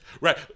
right